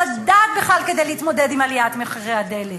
הדעת בכלל כדי להתמודד עם עליית מחירי הדלק.